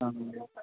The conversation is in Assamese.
অঁ